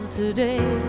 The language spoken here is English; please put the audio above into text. today